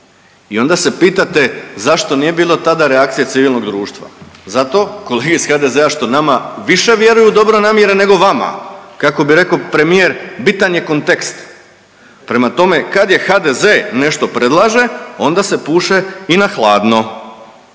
i onda se pitate zašto nije bilo tada reakcije civilnog društva? Zato kolege iz HDZ-a što nama više vjeruju u dobre namjere nego vama. Kako bi rekao premijer bitan je kontekst. Prema tome, kad je HDZ nešto predlaže onda se puše i na hladno,